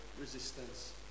resistance